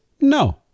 no